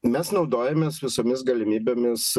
mes naudojamės visomis galimybėmis